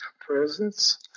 presents